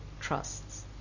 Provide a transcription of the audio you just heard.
trusts